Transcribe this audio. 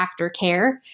aftercare